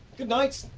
goodnight,